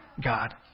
God